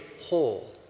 whole